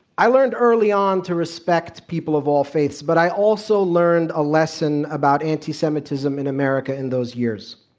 i learned early on to respect people of all faiths. but i also learned a lesson about anti-semitism in america in those years.